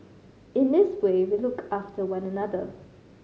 in this way we look after one another